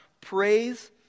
praise